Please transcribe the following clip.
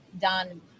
done